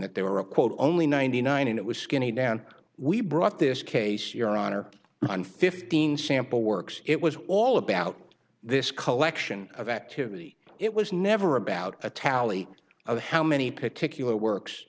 that they were a quote only ninety nine and it was skinny down we brought this case your honor on fifteen sample works it was all about this collection of activity it was never about a tally of how many peculiar works